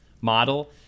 model